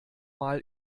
mal